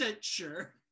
sure